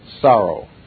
Sorrow